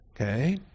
Okay